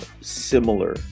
similar